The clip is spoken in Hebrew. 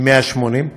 מ-180,